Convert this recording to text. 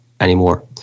anymore